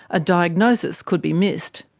a diagnosis could be missed.